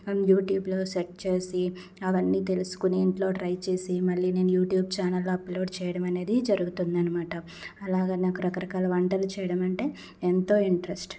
యూట్యూబ్లో సెట్ చేసే అవన్నీ తెలుసుకొని ఇంట్లో ట్రై చేసి మళ్ళీ నేను యూట్యూబ్ ఛానల్లో అప్లోడ్ చేయడం అనేది జరుగుతుందనమాట అలాగా నాకు రకరకాల వంటలు చేయడం అంటే ఎంతో ఇంట్రెస్ట్